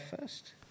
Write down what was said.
first